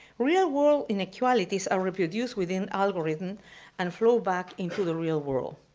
real world inequalities are reproduced within algorithms and flow back into the real world.